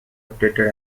updated